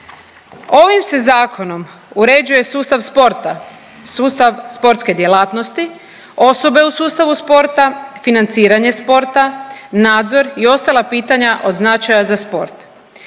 Ovim se zakonom uređuje sustav sporta, sustav sportske djelatnosti, osobe u sustavu sporta, financiranje sporta, nadzor i ostala pitanja od značaja za sport.